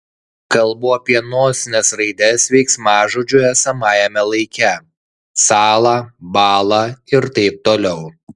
kalbu apie nosines raides veiksmažodžių esamajame laike sąla bąla ir taip toliau